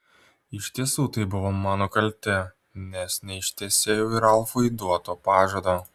iš tiesų tai buvo mano kaltė nes neištesėjau ralfui duoto pažado